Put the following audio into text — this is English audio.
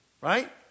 right